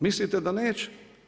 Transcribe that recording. Mislite da neće?